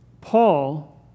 Paul